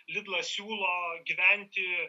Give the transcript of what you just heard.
lidlas siūlo gyventi